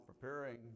preparing